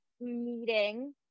meeting